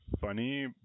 funny